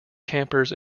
campers